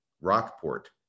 Rockport